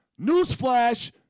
Newsflash